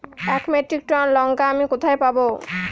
এক metric ton লঙ্কা আমি কোথায় পাবো?